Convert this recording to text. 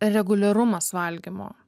reguliarumas valgymo